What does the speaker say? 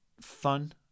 fun